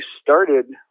started